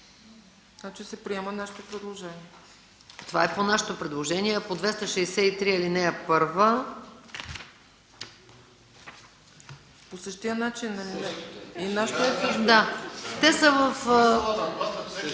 това е нашето предложение,